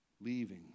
Leaving